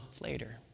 later